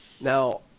Now